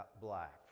black